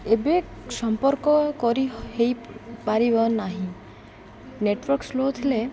ଏବେ ସମ୍ପର୍କ କରି ହେଇ ପାରିବ ନାହିଁ ନେଟ୍ୱାର୍କ ସ୍ଲୋ ଥିଲେ